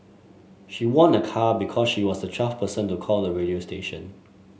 she won a car because she was the twelfth person to call the radio station